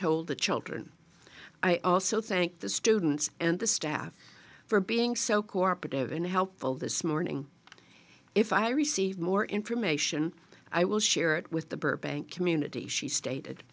told the children i also thank the students and the staff for being so cooperative and helpful this morning if i receive more information i will share it with the burbank community she stated